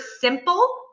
simple